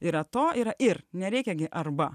yra to ir ir nereikia gi arba